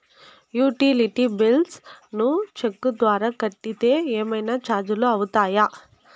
Utility bills ను cheque ద్వారా కట్టితే ఏమన్నా చార్జీలు అవుతాయా?